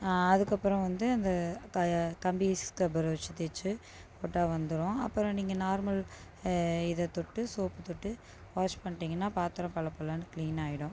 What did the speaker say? அதுக்கப்புறம் வந்து அந்த தா கம்பி ஸ்க்ரப்பர் வச்சு தேச்சு போட்டால் வந்திடும் அப்புறம் நீங்கள் நார்மல் இதை தொட்டு சோப்பு தொட்டு வாஷ் பண்ணீட்டீங்கன்னா பாத்திரம் பளபளன்னு க்ளீனாகிடும்